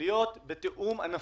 להיות בתיאום ענפי,